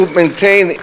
maintain